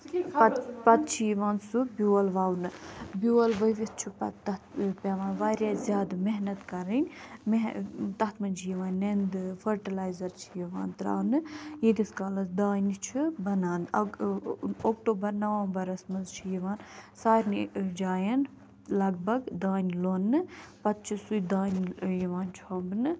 پَتہٕ پَتہٕ چھِ یوان سُہ بیول وونہٕ بیول ؤوِتھ چھُ پتہٕ تتھ پٮ۪وان واریاہ زیادٕ مہنت کرٕنۍ تتھ منزچھِ یِوان نیٚندٕ فرٹلایزر چھِ یِوان ترٛاونہٕ یٖتِس کالس دانہِ چھ بنان اک اکٹوٗبر نوومبرس منز چھِ یِوان سارنٕے جاین لگ بگ دانہِ لوننہٕ پَتہٕ چھُ سُے دانِہ یِوان چۄمبنہٕ